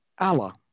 Allah